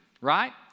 right